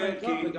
זאת